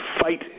fight